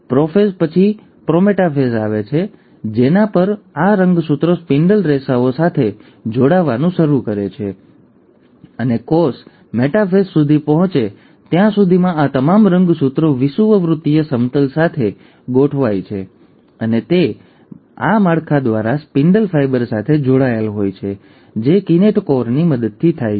prophase પછી prometaphase આવે છે જેના પર આ રંગસૂત્રો સ્પિન્ડલ રેસાઓ સાથે જોડાવાનું શરૂ કરે છે અને કોષ મેટાફેઝ સુધી પહોંચે ત્યાં સુધીમાં આ તમામ રંગસૂત્રો વિષુવવૃત્તીય સમતલ સાથે ગોઠવાય છે અને તે બધા આ માળખા દ્વારા સ્પિન્ડલ ફાઇબર સાથે જોડાયેલા હોય છે જે કિનોચેટોરની મદદથી હોય છે